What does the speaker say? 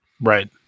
Right